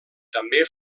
també